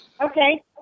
Okay